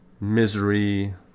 misery